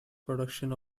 production